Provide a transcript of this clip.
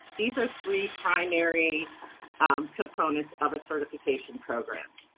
these are three primary components of a certification program.